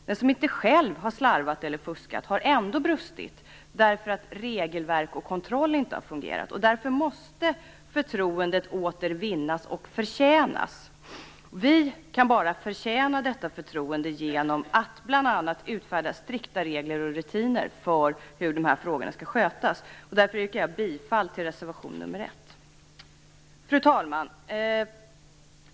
Den som inte själv har slarvat eller fuskat har ändå brustit därför att regelverk och kontroll inte har fungerat. Därför måste förtroendet återvinnas och förtjänas. Vi kan bara förtjäna detta förtroende genom att bl.a. utfärda strikta regler och rutiner för hur dessa frågor skall skötas. Därför yrkar jag bifall till reservation nr 1. Fru talman!